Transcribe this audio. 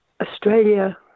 Australia